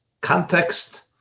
context